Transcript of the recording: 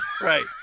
right